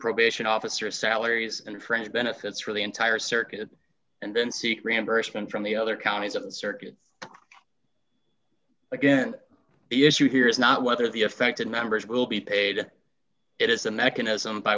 probation officers salaries and fringe benefits for the entire circuit and then seek reimbursement from the other counties of the circuit again the issue here is not whether the affected members will be paid it is the mechanism by